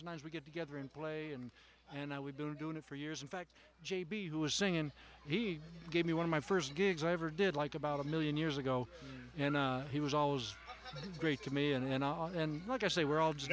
sometimes we get together and play and and i we've been doing it for years in fact j b who was singing and he gave me one of my first gigs i ever did like about a million years ago and he was always great to me and and like i say we're all just